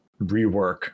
rework